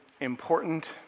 important